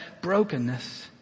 brokenness